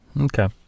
Okay